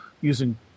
using